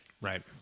Right